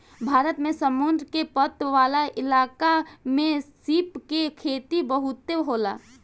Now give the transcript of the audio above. भारत में समुंद्र के तट वाला इलाका में सीप के खेती बहुते होला